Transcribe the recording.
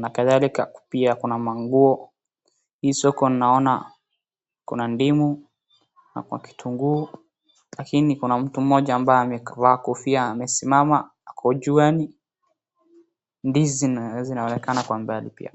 na kadhalika pia kuna manguo. Hii soko naona kuna ndimu na kwa kitunguu lakini kuna mtu mmoja ambaye amevaa kofia amesimama ako juani. Ndizi zinaonekana kwa mbali pia.